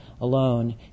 alone